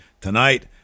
Tonight